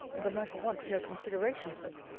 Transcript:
the matter wants no consideration, sir.